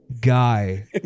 guy